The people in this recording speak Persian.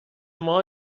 ماها